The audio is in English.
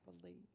believe